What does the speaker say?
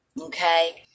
Okay